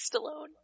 Stallone